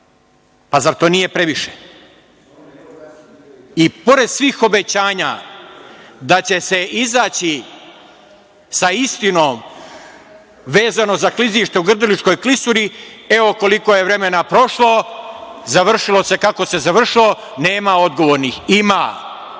Zar to nije previše? Pored svih obećanja da će se izaći sa istinom vezano za klizište u Grdeličkog klisuri, evo koliko je vremena prošlo, završilo se kako se završilo, nema odgovornih. Ima.